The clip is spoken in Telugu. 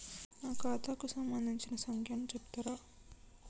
నా ఖాతా కు సంబంధించిన సంఖ్య ను చెప్తరా?